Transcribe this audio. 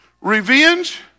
revenge